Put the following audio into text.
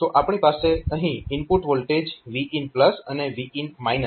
તો આપણી પાસે અહીં એનાલોગ ઇનપુટ વોલ્ટેજ VIN અને VIN છે